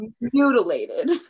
mutilated